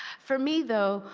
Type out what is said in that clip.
for me though,